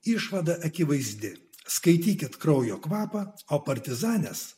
išvada akivaizdi skaitykit kraujo kvapą o partizanės